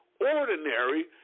ordinary